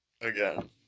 again